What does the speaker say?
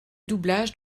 doublage